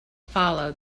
follow